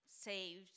saved